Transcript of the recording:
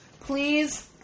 please